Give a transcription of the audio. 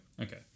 Okay